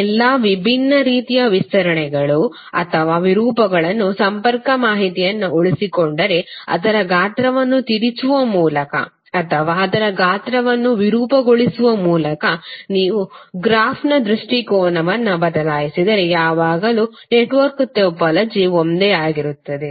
ಎಲ್ಲಾ ವಿಭಿನ್ನ ರೀತಿಯ ವಿಸ್ತರಣೆಗಳು ಅಥವಾ ವಿರೂಪಗಳನ್ನು ಸಂಪರ್ಕ ಮಾಹಿತಿಯನ್ನು ಉಳಿಸಿಕೊಂಡರೆ ಅದರ ಗಾತ್ರವನ್ನು ತಿರುಚುವ ಮೂಲಕ ಅಥವಾ ಅದರ ಗಾತ್ರವನ್ನು ವಿರೂಪಗೊಳಿಸುವ ಮೂಲಕ ನೀವು ಗ್ರಾಫ್ನ ದೃಷ್ಟಿಕೋನವನ್ನು ಬದಲಾಯಿಸಿದರೆ ಯಾವಾಗಲೂ ನೆಟ್ವರ್ಕ್ನ ಟೋಪೋಲಜಿ ಒಂದೇ ಆಗಿರುತ್ತದೆ